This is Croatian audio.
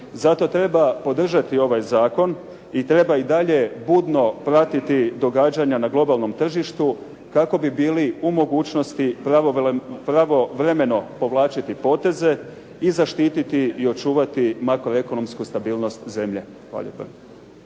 Zato treba podržati ovaj zakon i treba i dalje budno pratiti događanja na globalnom tržištu kako bi bili u mogućnosti pravovremeno povlačiti poteze i zaštititi i očuvati makroekonomsku stabilnost zemlje. Hvala